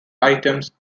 items